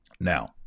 Now